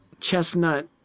chestnut